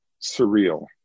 surreal